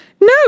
No